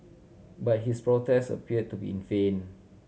but his protest appeared to be in vain